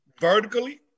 Vertically